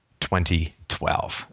2012